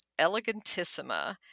elegantissima